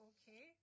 Okay